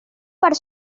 per